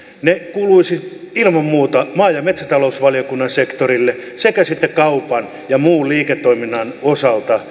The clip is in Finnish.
ne kuuluisivat ilman muuta maa ja metsätalousvaliokunnan sektorille sekä sitten kaupan ja muun liiketoiminnan osalta